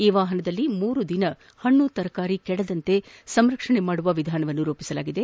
ಈ ವಾಪನದಲ್ಲಿ ಮೂರು ದಿನಗಳ ಕಾಲ ಪಣ್ಣು ತರಕಾರಿಗಳು ಕೆಡದಂತೆ ಸಂರಕ್ಷಣೆ ಮಾಡುವ ವಿಧಾನವನ್ನು ರೂಪಿಸಲಾಗಿದೆ